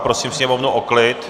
Prosím sněmovnu o klid.